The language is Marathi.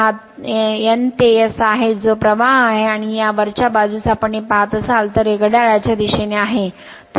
हा N ते S आहे जो प्रवाह आहे आणि या वरच्या बाजूस आपण हे पाहत असाल तर हे घड्याळाच्या दिशेने आहे